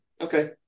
Okay